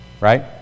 right